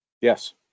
Yes